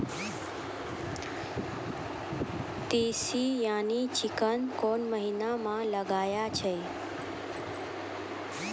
तीसी यानि चिकना कोन महिना म लगाय छै?